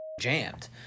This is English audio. jammed